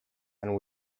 and